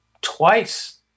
twice